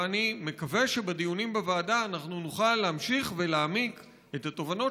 ואני מקווה שבדיונים בוועדה אנחנו נוכל להמשיך ולהעמיק את התובנות